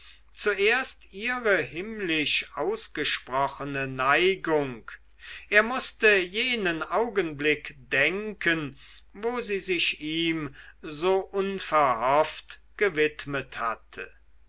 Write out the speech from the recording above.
zuerst ihre himmlisch ausgesprochene neigung er mußte jenen augenblick denken wo sie sich ihm so unverhofft gewidmet hatte